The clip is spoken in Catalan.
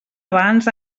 abans